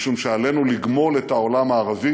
משום שעלינו לגמול את העולם הערבי